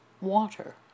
water